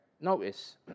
notice